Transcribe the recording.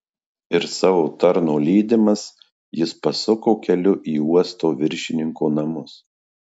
ir savo tarno lydimas jis pasuko keliu į uosto viršininko namus